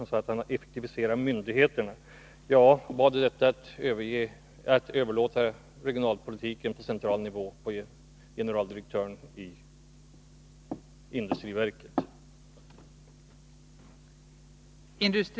Vi skall diskutera det senare, men jag vill fråga om detta att överlåta regionalpolitiken på central nivå till generaldirektören i industriverket var ett exempel på effektivisering.